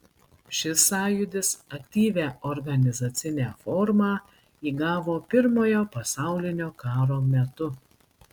šis sąjūdis aktyvią organizacinę formą įgavo pirmojo pasaulinio karo metu